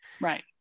right